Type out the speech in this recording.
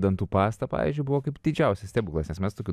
dantų pastą pavyzdžiui buvo kaip didžiausias stebuklas nes mes tokių